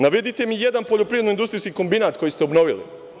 Navedite mi jedan poljoprivredno industrijski kombinat koji ste obnovili.